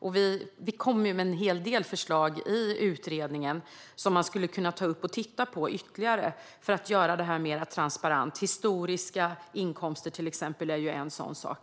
Vi kom i utredningen med en hel del förslag som man skulle kunna ta upp och titta på ytterligare för att göra det mer transparent. Historiska inkomster är till exempel en sådan sak.